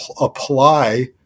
apply